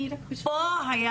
פה היה